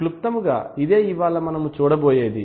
క్లుప్తముగా ఇదే ఇవాళ మనము చూడబోయేది